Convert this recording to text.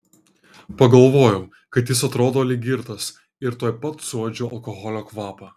pagalvojau kad jis atrodo lyg girtas ir tuoj pat suuodžiau alkoholio kvapą